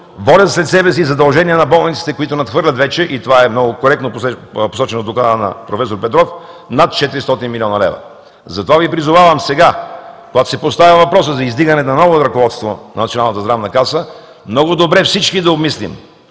водят след себе си задължения на болниците, които надхвърлят вече – и това е много коректно посочено в доклада на проф. Петров, над 400 млн. лв. Затова Ви призовавам сега, когато се поставя въпросът за издигане на новото ръководство на Националната здравна каса, много добре всички да обмислим